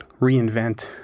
reinvent